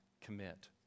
commit